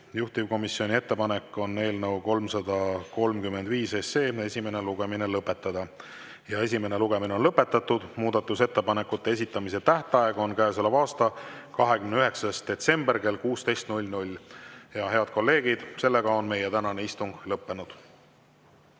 Juhtivkomisjoni ettepanek on eelnõu 335 esimene lugemine lõpetada. Esimene lugemine on lõpetatud, muudatusettepanekute esitamise tähtaeg on käesoleva aasta 29. detsember kell 16.Head kolleegid, meie tänane istung on lõppenud.